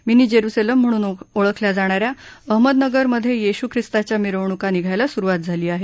mini Jerusalem म्हणून ओळखल्या जाणाऱ्या अहमदनगरमध्ये येशू ख्रिस्ताच्या मिरवणूका निघायला स्रुवात झाली आहे